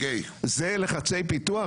זה לחצי פיתוח?